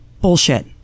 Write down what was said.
bullshit